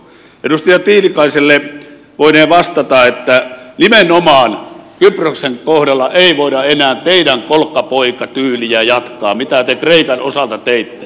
edustaja tiilikaiselle voinee vastata että nimenomaan kyproksen kohdalla ei voida enää jatkaa teidän kolkkapoikatyyliänne sitä mitä te kreikan osalta teitte